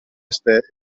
esperti